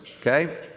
okay